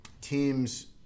teams